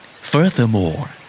Furthermore